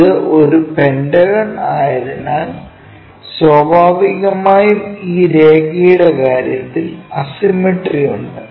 ഇത് ഒരു പെന്റഗൺ ആയതിനാൽ സ്വാഭാവികമായും ഈ രേഖയുടെ കാര്യത്തിൽ അസിമട്രി ഉണ്ട്